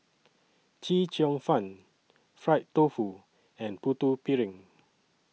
Chee Cheong Fun Fried Tofu and Putu Piring